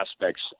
aspects